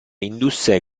indusse